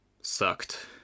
sucked